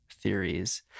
theories